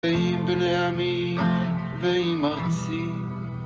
ועם בני עמי, ועם ארצי